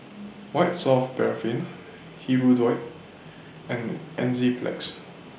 White Soft Paraffin Hirudoid and Enzyplex